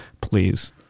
Please